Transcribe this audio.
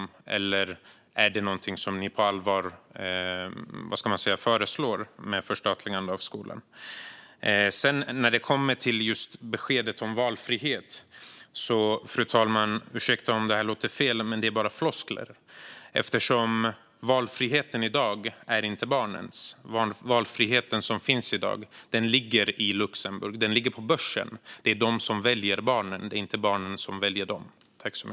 Är ett förstatligande av skolan någonting som ni på allvar föreslår? Ursäkta om det här låter fel, fru talman, men när det kommer till beskedet om valfrihet är det bara floskler. Valfriheten i dag är inte barnens. Den valfrihet som finns i dag ligger i Luxemburg. Den ligger på börsen. Det är de som väljer barnen; det är inte barnen som väljer dem.